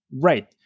right